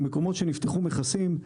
מקומות שנפתחו מכסים,